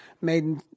made